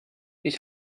ich